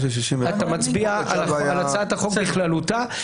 של 61. אתה מצביע על הצעת החוק בכללותה,